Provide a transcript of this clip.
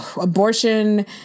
Abortion